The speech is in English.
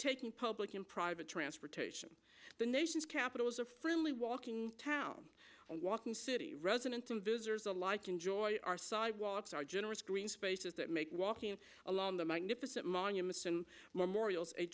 taking public and private transportation the nation's capital is a friendly walking town walking city residents and visitors alike enjoy our sidewalks are generous green spaces that make walking along the magnificent monuments and memorials a